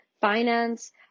finance